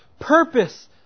purpose